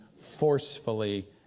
forcefully